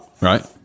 Right